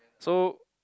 so